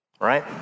right